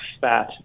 fat